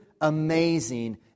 amazing